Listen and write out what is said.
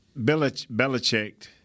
Belichick